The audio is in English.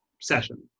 session